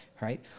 Right